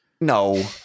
No